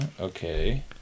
okay